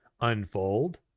unfold